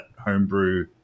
homebrew